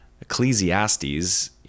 Ecclesiastes